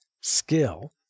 skill